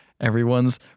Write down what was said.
Everyone's